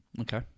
okay